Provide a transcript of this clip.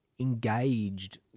engaged